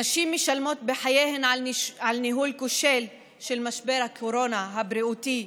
נשים משלמות בחייהן על ניהול כושל של משבר הקורונה הבריאותי,